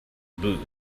booth